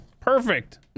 Perfect